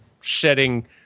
shedding